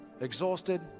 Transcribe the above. exhausted